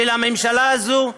של הממשלה הזאת,